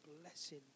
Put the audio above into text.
blessing